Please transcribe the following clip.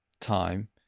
time